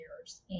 years